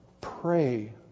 pray